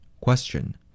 question